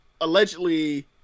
allegedly